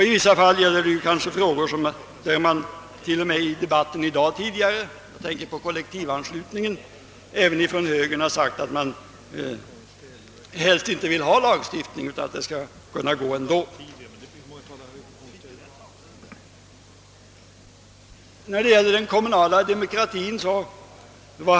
I vissa fall gäller det frågor — jag tänker på kollektivanslutningen — där det här i dag även från högerns sida sagts att man helst inte vill ha lagstiftning utan anser att saken skall kunna ordnas ändå.